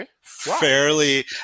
fairly